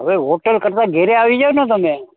હવે હોટલ કરતાં ઘરે આવી જાઓ ને તમે